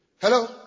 Hello